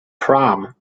prom